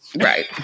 Right